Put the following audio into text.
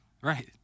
Right